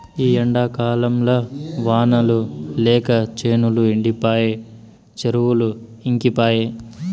ఈ ఎండాకాలంల వానలు లేక చేనులు ఎండిపాయె చెరువులు ఇంకిపాయె